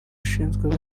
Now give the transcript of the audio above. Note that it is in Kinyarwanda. ishinzwe